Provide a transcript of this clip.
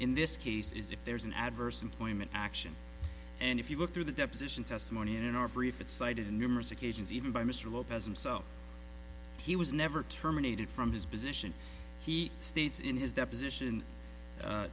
in this case is if there's an adverse employment action and if you look through the deposition testimony in our brief it cited numerous occasions even by mr lopez himself he was never terminated from his position he states in his deposition